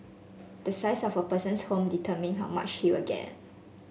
the size of a person's home determine how much he will get